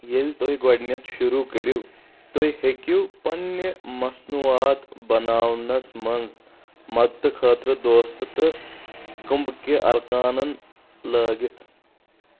ییٚلہِ تُہۍ گۄڈنِٮ۪تھ شُروٗع کٔرِو تُہۍ ہیٚکِو پَنٕنہِ مصنوعات بناونس منٛز مدتہٕ خٲطرٕ دوست تہٕ كُمبكہِ ارکانن لٲگِتھ